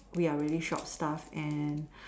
we are really short of staff and